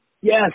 yes